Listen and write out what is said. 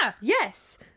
Yes